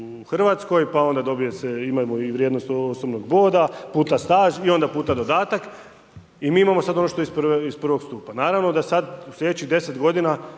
pa onda dobije se, imamo i vrijednost osobnog boda puta staž i onda puta dodatak i mi imamo sad ono što je iz I. stupa. Naravno da sad u sljedećih 10 godina